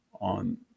on